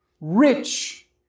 rich